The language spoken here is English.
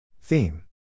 Theme